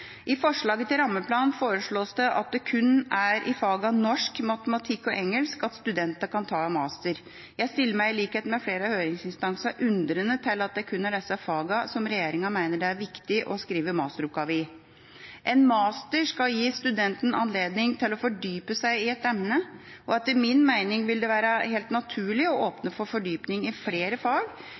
I forslaget til rammeplan er det kun i fagene norsk, matematikk og engelsk at studentene kan ta master. Jeg stiller meg i likhet med flere av høringsinstansene undrende til at det kun er disse fagene regjeringa mener det er viktig å skrive masteroppgave i. En master skal gi studenten anledning til å fordype seg i et emne. Etter min mening vil det være helt naturlig å åpne for fordypning i flere fag